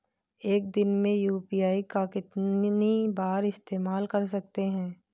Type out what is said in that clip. एक दिन में यू.पी.आई का कितनी बार इस्तेमाल कर सकते हैं?